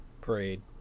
Parade